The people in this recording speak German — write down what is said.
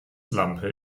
lampe